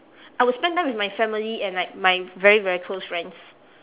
I will spend time with my family and like my very very close friends